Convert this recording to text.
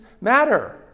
matter